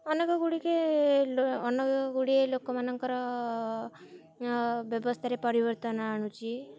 ଅନେକଗୁଡ଼ିକେ ଅନେକଗୁଡ଼ିଏ ଲୋକମାନଙ୍କର ବ୍ୟବସ୍ଥାରେ ପରିବର୍ତ୍ତନ ଆଣୁଛି